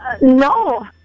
No